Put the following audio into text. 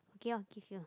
okay I'll give you